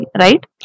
right